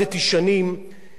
אין שום הבדל.